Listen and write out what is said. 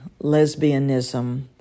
lesbianism